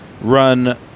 run